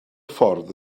ffordd